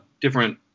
different